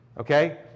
Okay